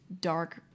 dark